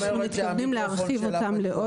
אנחנו מתכוונים להרחיב אותם לעוד.